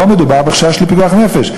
פה מדובר בחשש לפיקוח נפש.